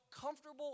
comfortable